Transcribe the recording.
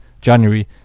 January